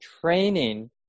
training